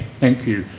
thank you.